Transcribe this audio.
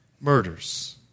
Murders